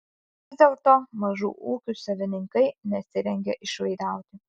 vis dėlto mažų ūkių savininkai nesirengia išlaidauti